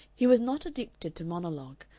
he was not addicted to monologue,